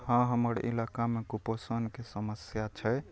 हँ हमर इलाकामे कुपोषणके समस्या छै